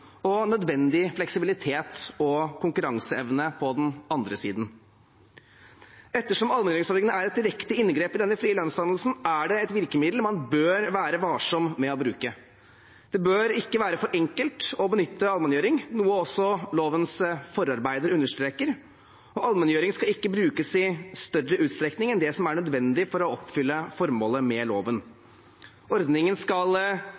og nødvendig fleksibilitet og konkurranseevne på den andre siden. Ettersom allmenngjøringsordningen er et direkte inngrep i denne frie lønnsdannelsen, er det et virkemiddel man bør være varsom med å bruke. Det bør ikke være for enkelt å benytte allmenngjøring, noe også lovens forarbeider understreker. Allmenngjøring skal ikke brukes i større utstrekning enn det som er nødvendig for å oppfylle formålet med loven. Ordningen skal